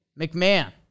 McMahon